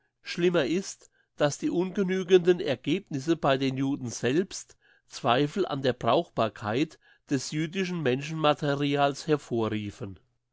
schlimmer ist dass die ungenügenden ergebnisse bei den juden selbst zweifel an der brauchbarkeit des jüdischen menschenmaterials hervorriefen